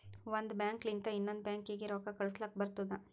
ಒಂದ್ ಬ್ಯಾಂಕ್ ಲಿಂತ ಇನ್ನೊಂದು ಬ್ಯಾಂಕೀಗಿ ರೊಕ್ಕಾ ಕಳುಸ್ಲಕ್ ಬರ್ತುದ